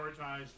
prioritize